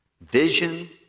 vision